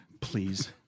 please